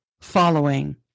following